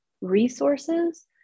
resources